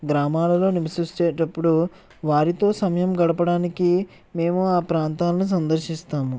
గ్రామాలలో నివసించేసేటప్పుడు వారితో సమయం గడపడానికి మేము ఆ ప్రాంతాలను సందర్శిస్తాము